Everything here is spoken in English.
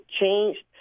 changed